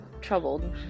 troubled